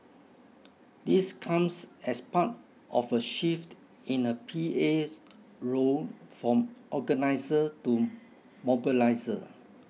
this comes as part of a shift in a P A role from organiser to mobiliser